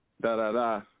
da-da-da